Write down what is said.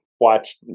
Watch